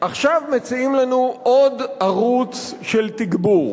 עכשיו מציעים לנו עוד ערוץ של תגבור,